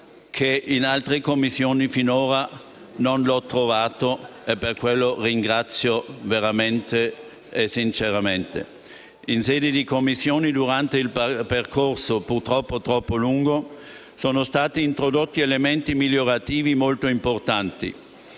che in altre sedi finora non ho trovato. Per questo rinnovo sinceramente i miei ringraziamenti. In sede di Commissione, durante il percorso purtroppo troppo lungo, sono stati introdotti elementi migliorativi molto importanti.